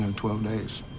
and twelve days.